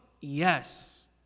yes